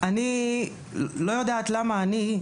אני לא יודעת למה אני,